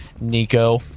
Nico